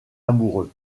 amoureux